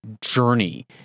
journey